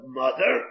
mother